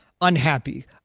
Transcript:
unhappy